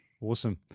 awesome